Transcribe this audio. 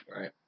right